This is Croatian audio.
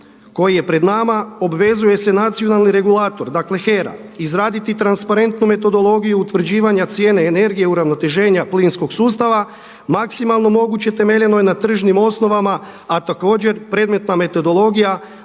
koji je pred nama obvezuje se nacionalni regulator HERA izraditi transparentnu metodologiju utvrđivanja cijene energije uravnoteženja plinskog sustava, maksimalno moguće temeljeno je na tržnim osnovama, a također predmetna metodologija